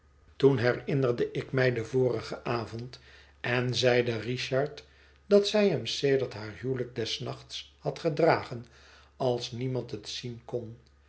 toen herinnerde ik mij den vorigen avond en zeide richard dat zij hem sedert haar huwelijk des nachts had gedragen als niemand het zien kon